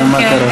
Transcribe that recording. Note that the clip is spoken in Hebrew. מה קרה.